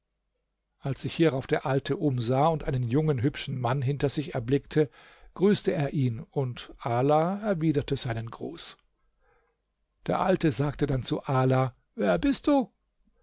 als sich hierauf der alte umsah und einen jungen hübschen mann hinter sich erblickte grüßte er ihn und ala erwiderte seinen gruß der alte sagte dann zu ala wer bist du